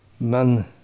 Man